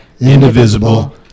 indivisible